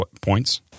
points